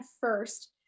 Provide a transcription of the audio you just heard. first